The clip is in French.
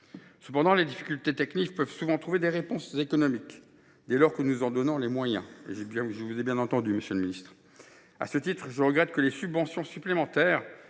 Cependant, les difficultés techniques trouvent souvent des réponses économiques, dès lors que nous nous en donnons les moyens – je vous ai bien entendu, monsieur le ministre… À ce titre, je regrette que les subventions supplémentaires